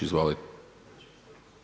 Izvolite.